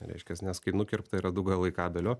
reiškias nes kai nukirpta yra du galai kabelio